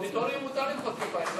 (חותמת על ההצהרה) באודיטוריום מותר למחוא כפיים,